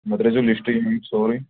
مےٚ ترٛٲۍزیٚو لَسٹہٕ یہُنٛد سورُے